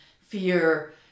fear